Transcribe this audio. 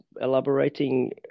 elaborating